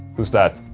who's that?